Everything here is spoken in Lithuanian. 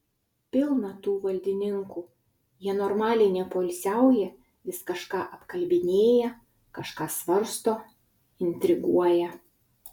pilna tų valdininkų jie normaliai nepoilsiauja vis kažką apkalbinėja kažką svarsto intriguoja